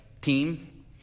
team